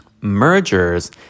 Mergers